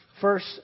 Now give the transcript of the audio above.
First